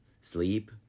sleep